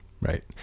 right